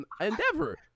Endeavor